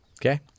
Okay